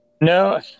No